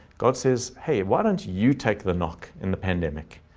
god says, hey, why don't you take the knock in the pandemic?